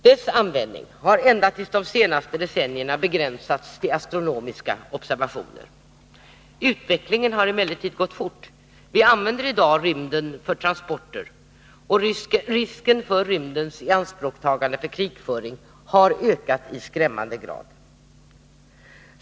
Dess användning har ända in till de senaste decennierna begränsats till astronomiska observationer. Utvecklingen har emellertid gått fort. Vi använder i dag rymden för transporter, och risken för rymdens ianspråktagande för krigföring har ökat i skrämmande grad.